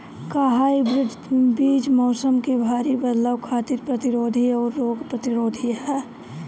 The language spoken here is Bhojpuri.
हाइब्रिड बीज मौसम में भारी बदलाव खातिर प्रतिरोधी आउर रोग प्रतिरोधी ह